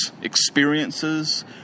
experiences